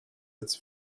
its